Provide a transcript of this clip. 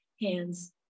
hands